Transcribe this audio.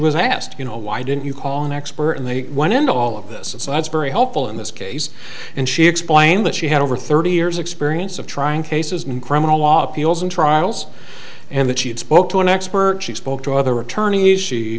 was asked you know why didn't you call an expert in the one in all of this and so that's very helpful in this case and she explained that she had over thirty years experience of trying cases in criminal law appeals and trials and that she had spoke to an expert she spoke to other attorneys she